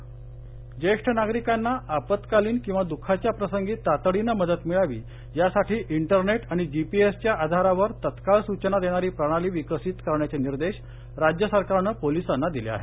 ज्येष्ठ नागरिकांसाठी अतिदक्षता प्रणाली ज्येष्ठ नागरिकांना आपत्कालीन किंवा दुःखाच्या प्रसंगी तातडीनं मदत मिळावी यासाठी इंटरनेट आणि जीपीएसच्या आधारावर तत्काळ सुचना देणारी प्रणाली विकसित करण्याचे निर्देश राज्य सरकारनं पोलिसांना दिले आहेत